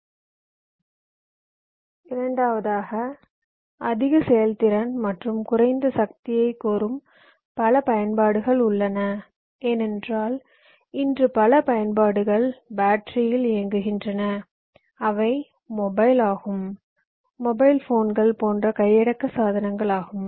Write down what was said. இரண்டாவதாக அதிக செயல்திறன் மற்றும் குறைந்த சக்தியைக் கோரும் பல பயன்பாடுகள் உள்ளன ஏனென்றால் இன்று பல பயன்பாடுகள் பேட்டரியில் இயங்குகின்றன அவை மொபைல் ஆகும் மொபைல் போன்கள் போன்ற கையடக்க சாதனங்கள் ஆகும்